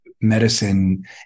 medicine